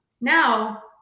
Now